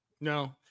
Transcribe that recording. No